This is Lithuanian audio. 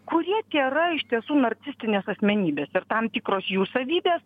kurie tėra iš tiesų narcistinės asmenybės ir tam tikros jų savybės